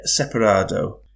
Separado